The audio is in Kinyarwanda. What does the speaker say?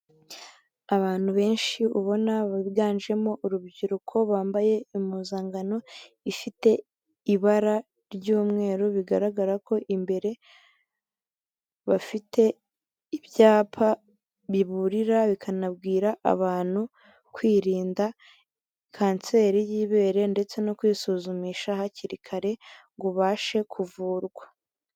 Abantu benshi ubona biganjemo urubyiruko, bambaye impuzangano ifite ibara ry'umweru, bigaragara ko imbere bafite ibyapa biburira, bikanabwira abantu kwirinda kanseri y'ibere ndetse no kwisuzumisha hakiri kare ngo ubashe kuvurwa.